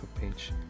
page